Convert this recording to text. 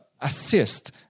assist